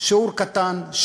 שיעור קטן,